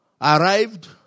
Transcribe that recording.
arrived